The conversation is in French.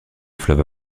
fleuve